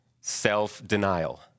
self-denial